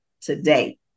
today